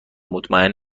مطمئن